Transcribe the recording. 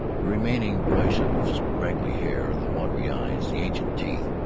the remaining brush of scraggly hair, the watery eyes, the ancient teeth,